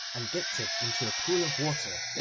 and dipped it into a pool of water,